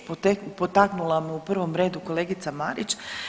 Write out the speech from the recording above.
Potaknula me u prvom redu kolegica Marić.